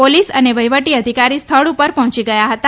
police અને વહિવટી અધિકારી સ્થળ પર પહોંચી ગથા હતા